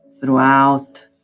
throughout